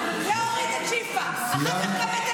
תודה רבה.